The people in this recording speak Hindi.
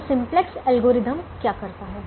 तो सिम्प्लेक्स एल्गोरिथ्म क्या करता है